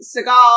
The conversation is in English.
Seagal